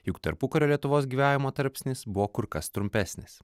juk tarpukario lietuvos gyvenimo tarpsnis buvo kur kas trumpesnis